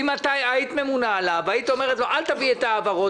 אם את היית ממונה עליו והיית אומרת לו: אל תביא את העברות